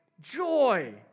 joy